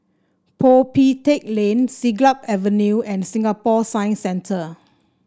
Peo Pee Teck Lane Siglap Avenue and Singapore Science Center